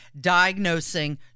diagnosing